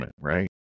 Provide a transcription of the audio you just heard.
right